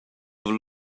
have